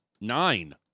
nine